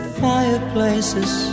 fireplaces